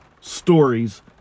stories